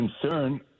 concern